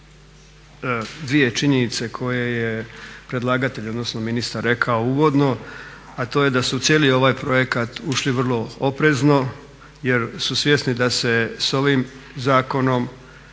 uvažavamo dvije činjenice koje je predlagatelj, odnosno ministar rekao uvodno, a to je da su u cijeli ovaj projekat ušli vrlo oprezno jer su svjesni da se s ovim zakonom